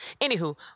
anywho